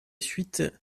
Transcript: suite